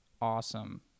awesome